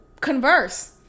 converse